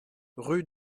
rue